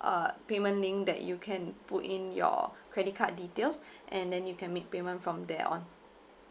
uh payment link that you can put in your credit card details and then you can make payment from there on